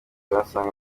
uzasanga